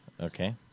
Okay